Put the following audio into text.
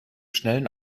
schnellen